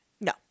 No